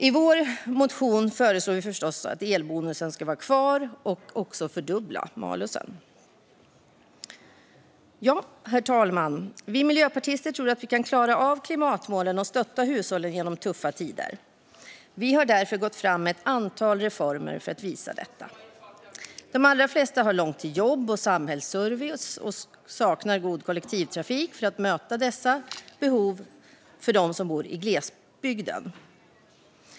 I vår motion föreslår vi förstås att elbilsbonusen ska vara kvar och att malusen ska fördubblas. Herr talman! Vi miljöpartister tror att vi kan klara av att nå klimatmålen och stötta hushållen genom tuffa tider. Vi har därför gått fram med ett antal reformer för att visa detta. De allra flesta som har långt till jobb och samhällsservice och saknar god kollektivtrafik för att möta dessa behov bor i glesbygden.